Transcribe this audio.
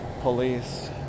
police